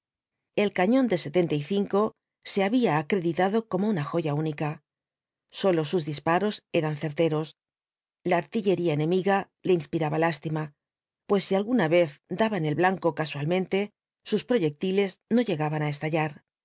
el cañón de se había acreditado como una joya única sólo sus disparos eran certeros la artillería enemiga le inspiraba lástima pues si alguna vez daba en el blanco casualmente sus proyectiles no llegaban á estallar